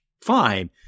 fine